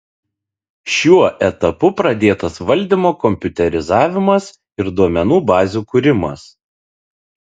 šiuo etapu pradėtas valdymo kompiuterizavimas ir duomenų bazių kūrimas